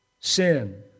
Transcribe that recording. Sin